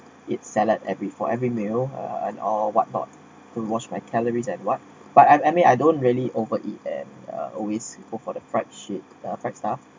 eat salad every for every meal uh and or what not to watch my calories and what but I I mean I don't really over eat and uh always go for the fried shit uh fried stuff